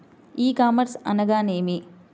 ఈ కామర్స్ అనగా నేమి?